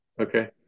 okay